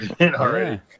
already